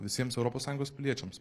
visiems europos sąjungos piliečiams